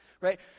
right